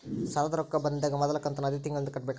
ಸಾಲದ ರೊಕ್ಕ ಬಂದಾಗ ಮೊದಲ ಕಂತನ್ನು ಅದೇ ತಿಂಗಳಿಂದ ಕಟ್ಟಬೇಕಾ?